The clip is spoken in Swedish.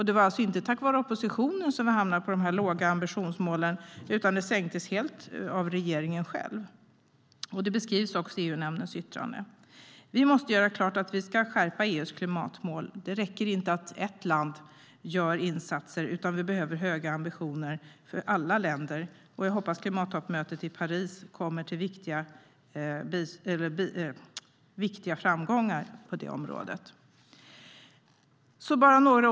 Det var alltså inte på grund av oppositionen som vi hamnade på de låga ambitionsmålen, utan det sänktes helt av regeringen själv. Det beskrivs också i EU-nämndens yttrande. Vi måste göra klart att vi ska skärpa EU:s klimatmål. Det räcker inte att ett land gör insatser, utan vi behöver höga ambitioner för alla länder. Jag hoppas att klimattoppmötet i Paris kommer till viktiga framgångar på det området. Herr talman!